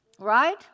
Right